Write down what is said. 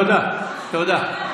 לא מקבל בכלל.